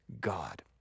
God